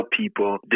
people